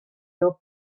your